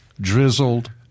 Drizzled